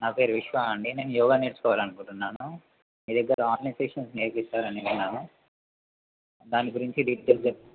నా పేరు విశ్వవా అండి నేను యోగా నేర్చుకోవాలనుకుంటున్నాను మీ దగ్గర ఆన్లైన్ సెషన్స్ నేర్పిస్తారని విన్నాను దాని గురించి డీటెయిల్స్ చెప్